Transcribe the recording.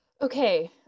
Okay